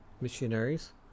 missionaries